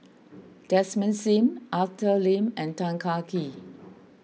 Desmond Sim Arthur Lim and Tan Kah Kee